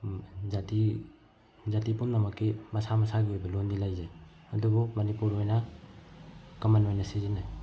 ꯖꯥꯇꯤ ꯖꯥꯇꯤ ꯄꯨꯝꯅꯃꯛꯀꯤ ꯃꯁꯥ ꯃꯁꯥꯒꯤ ꯑꯣꯏꯕ ꯂꯣꯟꯗꯤ ꯂꯩꯇꯩ ꯑꯗꯨꯕꯨ ꯃꯅꯤꯄꯨꯔ ꯑꯣꯏꯅ ꯀꯝꯃꯟ ꯑꯣꯏꯅ ꯁꯤꯖꯤꯟꯅꯩ